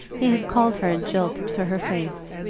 he had called her a jilt to her face,